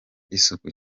isuku